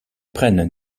prennent